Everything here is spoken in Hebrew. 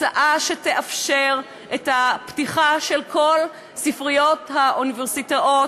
הצעה שתאפשר את הפתיחה של כל ספריות האוניברסיטאות